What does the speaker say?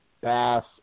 bass